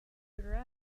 sugar